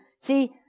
See